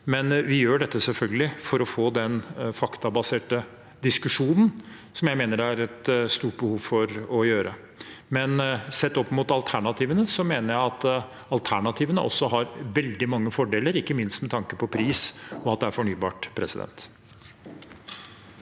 Men vi gjør selvfølgelig dette for å få en faktabasert diskusjon, som jeg mener det er et stort behov for. Sett opp mot alternativene mener jeg at alternativene også har veldig mange fordeler, ikke minst med tanke på pris og at det er fornybart. Bård